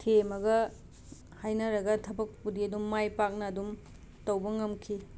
ꯊꯦꯝꯃꯒ ꯍꯥꯏꯅꯔꯒ ꯊꯕꯛꯄꯨꯗꯤ ꯑꯗꯨꯝ ꯃꯥꯏ ꯄꯥꯛꯅ ꯑꯗꯨꯝ ꯇꯧꯕ ꯉꯝꯈꯤ